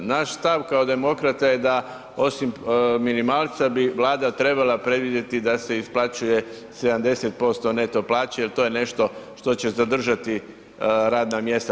Naš stav kao demokrata je da osim minimalca bi Vlada trebala predvidjeti da se isplaćuje 70% neto plaće jer to je nešto što će zadržati radna mjesta.